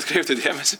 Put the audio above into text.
atkreipti dėmesį